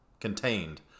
contained